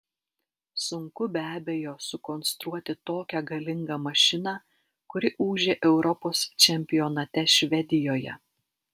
sunku be abejo sukonstruoti tokią galingą mašiną kuri ūžė europos čempionate švedijoje